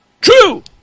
true